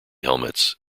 helmets